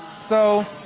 so.